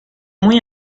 muy